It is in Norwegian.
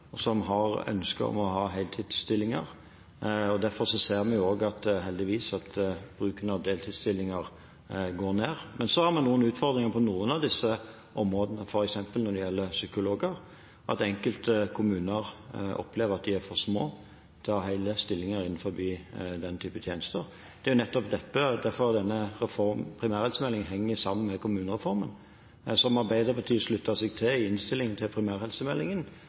og som har ønske om å ha heltidsstillinger. Derfor ser vi, heldigvis, at bruken av deltidsstillinger går ned. Men så har vi noen utfordringer på noen av disse områdene, f.eks. når det gjelder psykologer, at enkelte kommuner opplever at de er for små til å ha hele stillinger innen denne typen tjenester. Det er jo nettopp derfor denne primærhelsemeldingen henger sammen med kommunereformen. Som Arbeiderpartiet sluttet seg til i innstillingen til